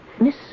Miss